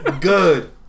Good